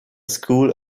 school